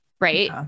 right